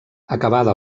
acabada